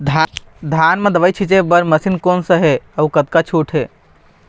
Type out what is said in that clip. धान म दवई छींचे बर मशीन कोन सा हे अउ कतका छूट हे?